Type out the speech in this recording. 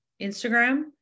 Instagram